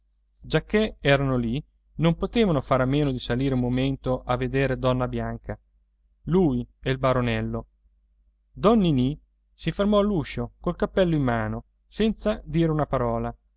giacché erano lì non potevano fare a meno di salire un momento a veder donna bianca lui e il baronello don ninì si fermò all'uscio col cappello in mano senza dire una parola